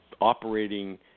operating